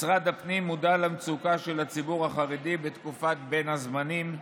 משרד הפנים מודע למצוקה של הציבור החרדי בתקופת בין הזמנים,